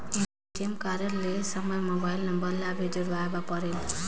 ATM card लहे समय mobile number ला भी जुड़वाए बर परेल?